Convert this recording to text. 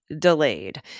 delayed